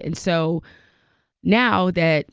and so now that